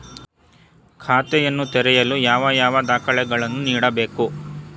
ಖಾತೆಯನ್ನು ತೆರೆಯಲು ಯಾವ ಯಾವ ದಾಖಲೆಗಳನ್ನು ನೀಡಬೇಕು?